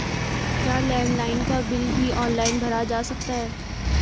क्या लैंडलाइन का बिल भी ऑनलाइन भरा जा सकता है?